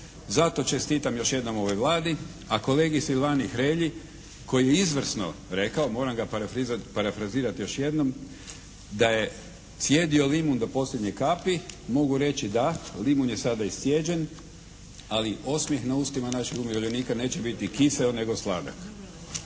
Zato čestitam još jednom ovoj Vladi, a kolegi Silvani Hrelji koji je izvrsno rekao moram ga parafrazirati još jednom, da je cijedio limun do posljednje kapi. Mogu reći da, limun je sada iscijeđen, ali osmijeh na ustima naših umirovljenika neće biti kiseo nego sladak.